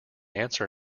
answer